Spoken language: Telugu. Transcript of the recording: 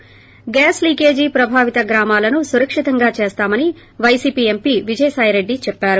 ి గ్యాస్ లీకేజీ ప్రభావిత గ్రామాలను సురక్షితంగా చేస్తామని పైసీపీ ఎంపీ విజయసాయిరెడ్డి చెప్పారు